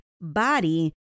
body